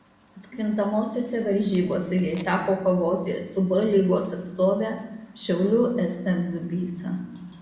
atkrintamosiose varžybose jai teko kovoti su b lygos atstove šiaulių sm dubysa